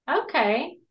Okay